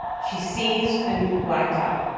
she seized and blacked out.